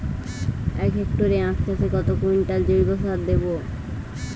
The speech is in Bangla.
এক হেক্টরে আখ চাষে কত কুইন্টাল জৈবসার দেবো?